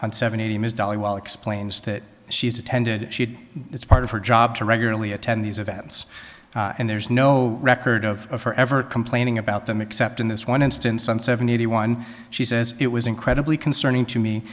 on seventy ms dhaliwal explains that she's attended she did it's part of her job to regularly attend these events and there's no record of her ever complaining about them except in this one instance i'm seventy one she says it was incredibly concerning to me